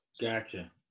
Gotcha